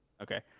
Okay